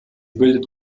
bildet